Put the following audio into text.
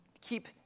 keep